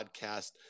podcast